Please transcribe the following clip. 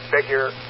Figure